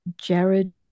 Jared